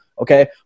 Okay